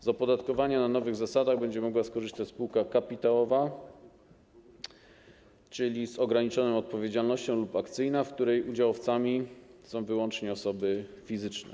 Z opodatkowania na nowych zasadach będzie mogła skorzystać spółka kapitałowa, czyli z ograniczoną odpowiedzialnością, lub akcyjna, w której udziałowcami są wyłącznie osoby fizyczne.